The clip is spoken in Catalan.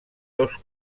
dos